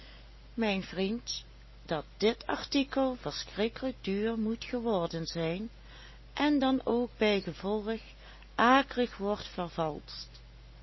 mijn vriend dat dit artikel verschrikkelijk duur moet geworden zijn en dan ook bij gevolg akelig wordt vervalscht